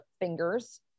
fingers